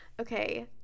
Okay